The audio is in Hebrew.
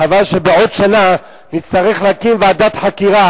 חבל שבעוד שנה נצטרך להקים ועדת חקירה,